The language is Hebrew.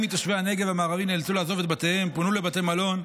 מתושבי הנגב המערבי נאלצו לעזוב את בתיהם ופונו לבתי מלון,